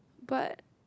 but